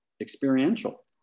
experiential